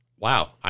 wow